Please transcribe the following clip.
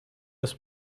das